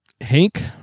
Hank